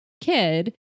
kid